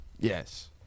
yes